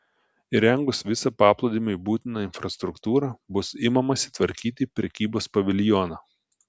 įrengus visą paplūdimiui būtiną infrastruktūrą bus imamasi tvarkyti prekybos paviljoną